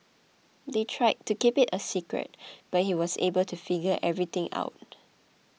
they tried to keep it a secret but he was able to figure everything out